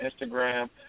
Instagram